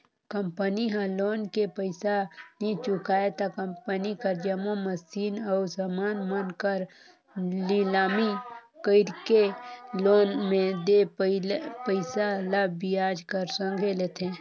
company ह loan के पइसा नी चुकाय त कंपनी कर जम्मो मसीन अउ समान मन कर लिलामी कइरके लोन में देय पइसा ल बियाज कर संघे लेथे